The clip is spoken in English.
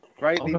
right